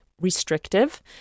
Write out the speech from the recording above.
restrictive